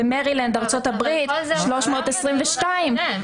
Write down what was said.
במרילנד ארצות ברית 322 שקלים.